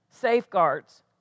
Safeguards